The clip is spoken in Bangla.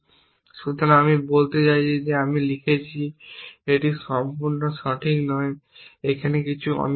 সুতরাং আমি বলতে চাইছি যে আমি লিখেছি এটি সম্পূর্ণ সঠিক নয় এখানে কিছু অনুপস্থিত